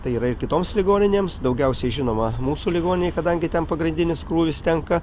tai yra ir kitoms ligoninėms daugiausiai žinoma mūsų ligoninei kadangi ten pagrindinis krūvis tenka